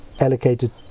allocated